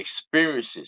experiences